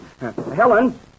Helen